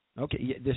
Okay